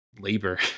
labor